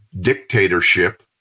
dictatorship